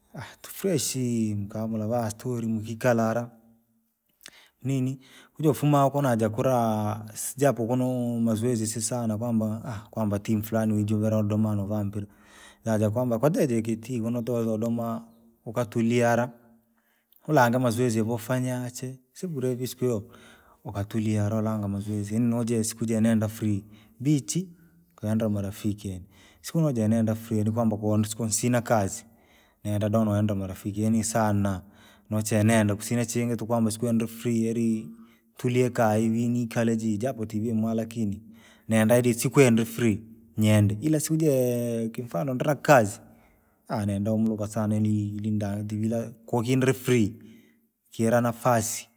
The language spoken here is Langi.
tufreshi! Kamula va stori mukikalala. Nini uje ufuma uko naja kula! Si- japo kunoo mazoezi sisana kwamba aaha timu fluani wijuvila udoma nuvaa mpira, naja kwamba kwati jayi kei tii kuno to jo doma, ukatulia ala, ulange mazoezi vofanya chee, si bule siku hiyo. Ukatulia lolanga mazoezi nono jesi kuja nenda frii, bichi, kaenda marafiki yaani, siku moja nenda frii ni kwamba konisiku sina kazi. Nenda dau nenda marafiki yaani saana, nochenenda kusina chingi tuku kwamba siku hiyo ndi frii yari, tuliekaiviri nikala ji japo tivimwa lakini. Nenda ji chikwenda frii, nyede, ila sujee kimfano ndra kazi, nenda umuga sana yaani ilindativila kukindire frii, kila nafasi.